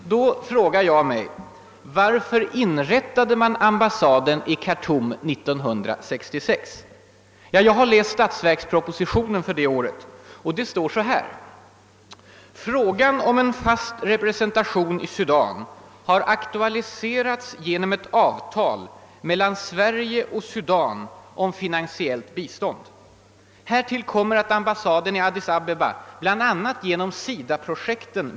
Då frågar jag mig: Varför inrättade man ambassaden i Khartoum 1966. Jag har läst statsverkspropositionen för det året. Där heter det: »Frågan har aktualiserats genom ett avtal mellan Sverige och Sudan om finansiellt bistånd... Härtill kommer att ambassaden i Addis Abeba bl.a. genom SIDA-projekten .